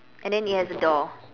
and then it has a door